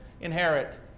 inherit